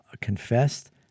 confessed